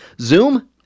Zoom